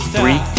three